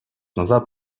назад